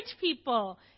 people